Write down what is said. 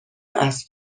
اسب